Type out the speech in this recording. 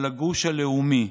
על הגוש הלאומי,